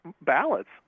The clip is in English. ballots